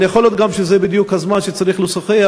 אבל יכול להיות גם שזה בדיוק הזמן שבו צריך לשוחח